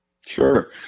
Sure